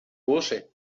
bursche